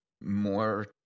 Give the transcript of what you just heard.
more